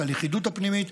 את הלכידות הפנימית,